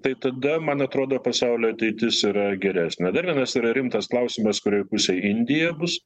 tai tada man atrodo pasaulio ateitis yra geresnė dar vienas yra rimtas klausimas kurioj pusėj indija bus